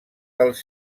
dels